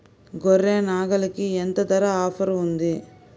గొర్రె, నాగలికి ఎంత ధర ఆఫర్ ఉంది?